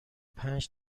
پنج